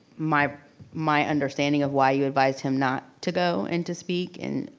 my my understanding of why you advised him not to go and to speak, and